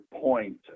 point